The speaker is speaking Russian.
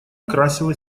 красила